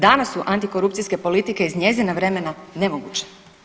Danas su antikorupcijske politike iz njezina vremena nemoguće.